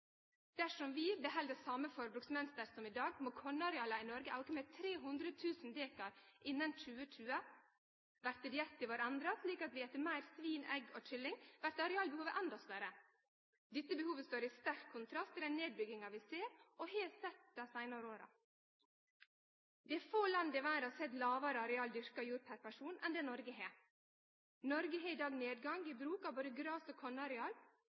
Dersom vi beheld same forbruksmønsteret som i dag, må kornareala i Noreg auke med 300 000 dekar innan 2020. Vert dietten vår endra, slik at vi et meir svin, egg og kylling, vert arealbehovet endå større. Dette behovet står i sterk kontrast til den nedbygginga vi ser og har sett dei seinare åra. Det er få land i verda som har eit mindre areal dyrka jord per person enn det Noreg har. Noreg har i dag nedgang i bruk av både gras- og